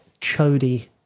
chody